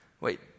Wait